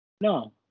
No